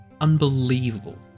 unbelievable